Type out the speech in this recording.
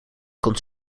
komt